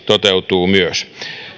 toteutuu myös